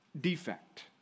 defect